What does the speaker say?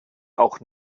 auch